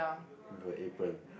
with a apron